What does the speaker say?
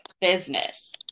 business